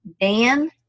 Dan